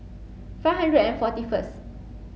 five hundred and forty first